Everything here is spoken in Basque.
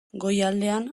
goialdean